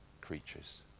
creatures